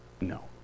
No